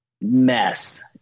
mess